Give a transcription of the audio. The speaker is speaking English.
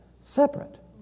Separate